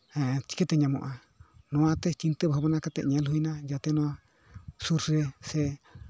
ᱦᱮᱸ ᱪᱤᱠᱟᱹᱛᱮ ᱧᱟᱢᱚᱜᱼᱟ ᱱᱚᱣᱟᱛᱮ ᱪᱤᱱᱛᱟᱹ ᱵᱷᱟᱵᱽᱱᱟ ᱠᱟᱛᱮᱜ ᱧᱮᱞ ᱦᱩᱭ ᱱᱟ ᱡᱟᱛᱮ ᱱᱚᱣᱟ ᱥᱩᱨ ᱨᱮ ᱥᱮ